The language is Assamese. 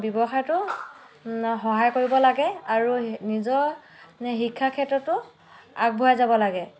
ব্যৱসায়টো সহায় কৰিব লাগে আৰু নিজৰ শিক্ষাৰ ক্ষেত্ৰটো আগবঢ়াই যাব লাগে